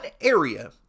area